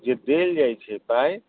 जे देल जाइ छै पाइ